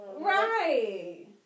Right